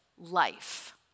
life